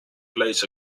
plays